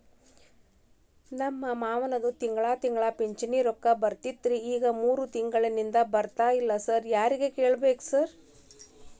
ನಮ್ ಮಾವಂದು ತಿಂಗಳಾ ತಿಂಗಳಾ ಪಿಂಚಿಣಿ ರೊಕ್ಕ ಬರ್ತಿತ್ರಿ ಈಗ ಮೂರ್ ತಿಂಗ್ಳನಿಂದ ಬರ್ತಾ ಇಲ್ಲ ಸಾರ್ ಯಾರಿಗ್ ಕೇಳ್ಬೇಕ್ರಿ ಸಾರ್?